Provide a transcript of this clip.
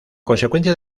consecuencia